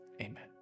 Amen